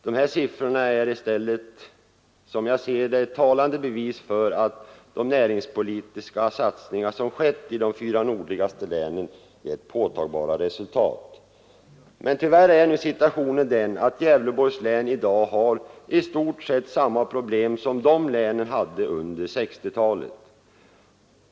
Dessa siffror är i stället, som jag ser det, ett talande bevis för att de näringspolitiska satsningar som skett i de fyra nordligaste länen gett påtagliga resultat. Men tyvärr är nu situationen den att Gävleborgs län i dag har i stort sett samma problem som dessa län hade under 1960-talet.